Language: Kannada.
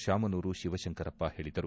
ಶಾಮನೂರು ಶಿವಶಂಕರಪ್ಪ ಹೇಳಿದರು